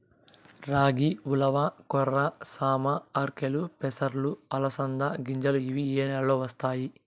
రాగి, ఉలవ, కొర్ర, సామ, ఆర్కెలు, పెసలు, అలసంద గింజలు ఇవి ఏ నెలలో వేస్తారు?